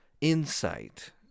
insight